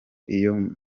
iyo